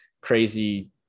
crazy